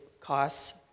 costs